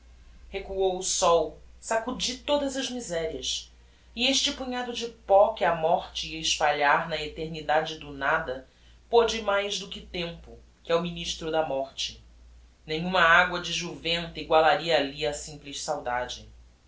recuou o sol sacudi todas as miserias e este punhado de pó que a morte ia espalhar na eternidade do nada pôde mais do que tempo que é o ministro da morte nenhuma agua de juventa egualaria alli a simples saudade